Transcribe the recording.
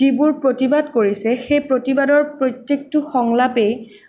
যিবোৰ প্ৰতিবাদ কৰিছে সেই প্ৰতিবাদৰ প্ৰত্যেকটো সংলাপেই